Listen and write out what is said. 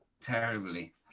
terribly